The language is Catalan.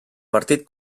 partit